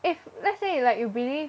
if let's say like you believe